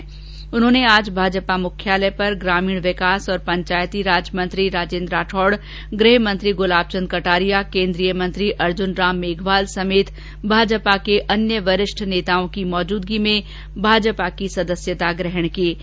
श्री शर्मा आज भाजपा मुख्यालय पर ग्रामीण विकास और पंचायती राज मंत्री राजेन्द्र राठौड़ गृह मंत्री गुलाब चंद कटारिया केन्द्रीय मंत्री अर्जुन राम मेघवाल समेत भाजपा के अन्य वरिष्ठ नेताओं की मौजूदगी में भाजपा में शामिल हुए